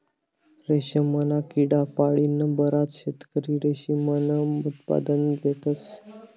रेशमना किडा पाळीन बराच शेतकरी रेशीमनं उत्पादन लेतस